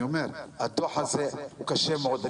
הדוח הזה קשה מאוד.